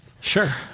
Sure